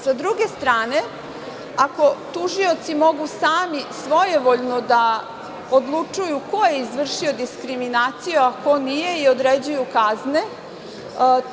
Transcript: Sa druge strane, ako tužioci mogu sami svojevoljno da odlučuju ko je izvršio diskriminaciju a ko nije i određuju kazne,